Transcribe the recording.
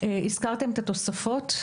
הזכרתם את התוספות.